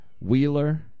Wheeler